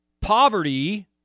poverty